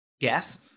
guess